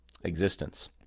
existence